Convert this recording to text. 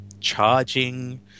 charging